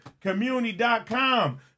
Community.com